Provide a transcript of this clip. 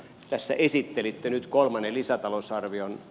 tässä esittelitte nyt kolmannen lisätalousarvion